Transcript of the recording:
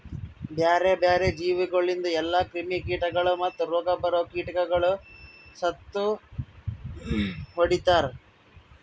ಬ್ಯಾರೆ ಬ್ಯಾರೆ ಜೀವಿಗೊಳಿಂದ್ ಎಲ್ಲಾ ಕ್ರಿಮಿ ಕೀಟಗೊಳ್ ಮತ್ತ್ ರೋಗ ಬರೋ ಕೀಟಗೊಳಿಗ್ ಸತ್ತು ಹೊಡಿತಾರ್